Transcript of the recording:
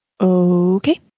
Okay